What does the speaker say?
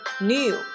new